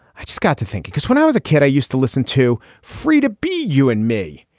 i just got to think, because when i was a kid, i used to listen to free to be you and me.